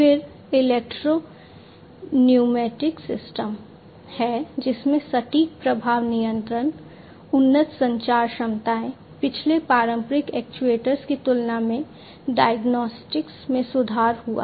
फिर electro pneumatic system हैं जिनमें सटीक प्रवाह नियंत्रण उन्नत संचार क्षमताएं पिछले पारंपरिक एक्ट्यूएटर्स की तुलना में डायग्नोस्टिक्स में सुधार हुआ है